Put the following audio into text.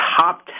top